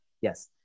Yes